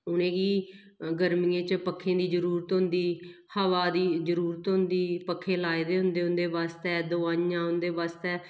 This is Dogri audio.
उ'नेंगी गर्मियें च पक्खें दी जरूरत होंदी हवा दी जरूरत होंदी पक्खे लाए दे होंदे उं'दे बास्तै दवाइयां उंदे बास्तै